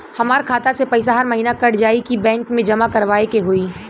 हमार खाता से पैसा हर महीना कट जायी की बैंक मे जमा करवाए के होई?